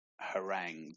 harangued